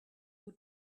who